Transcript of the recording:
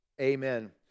amen